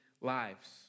lives